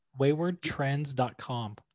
Waywardtrends.com